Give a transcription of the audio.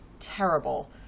Terrible